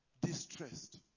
Distressed